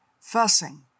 fussing